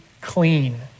clean